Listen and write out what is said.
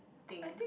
thing